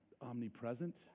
omnipresent